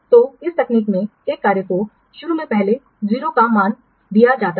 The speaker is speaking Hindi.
तो इस तकनीक में एक कार्य को शुरू में पहले 0 का मान दिया जाता है